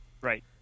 Right